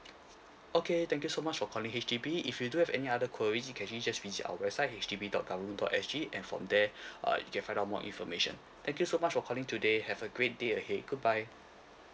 okay thank you so much for calling H_D_B if you do have any other queries you can just visit our website H D B dot government dot S_G and from there uh you can find out more information thank you so much for calling today have a great day ahead goodbye